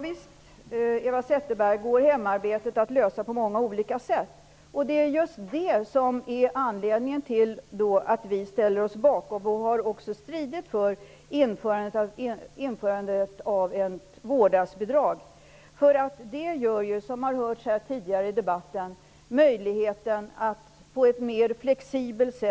Herr talman! Ja, visst kan hemarbetet lösas på många olika sätt, Eva Zetterberg! Det är just det som är anledningen till att vi ställer oss bakom -- och har stridit för -- införandet av vårdnadsbidraget. Det gör, som framkommit i debatten, att man har möjlighet att på ett mera flexibelt